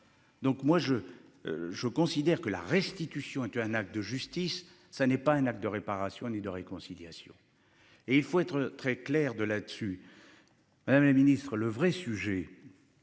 Donc moi je. Je considère que la restitution était un acte de justice, ça n'est pas un acte de réparation. Ni de réconciliation et il faut être très clair de là-dessus. Madame la Ministre le vrai sujet.